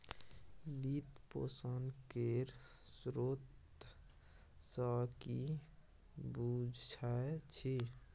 वित्त पोषण केर स्रोत सँ कि बुझै छी